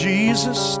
Jesus